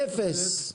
אפס?